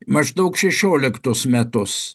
maždaug šešioliktus metus